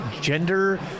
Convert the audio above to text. gender